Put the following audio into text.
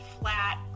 flat